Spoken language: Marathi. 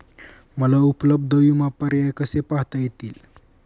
मला उपलब्ध विमा पर्याय कसे पाहता येतील?